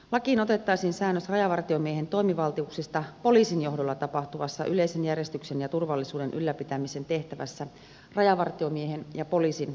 lakiin otettaisiin säännös rajavartiomiehen toimivaltuuksista poliisin johdolla tapahtuvassa yleisen järjestyksen ja turvallisuuden ylläpitämisen tehtävässä rajavartiomiehen ja poliisin yhteispartiossa